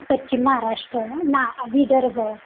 पश्चिम महाराष्ट्र ना विदर्भ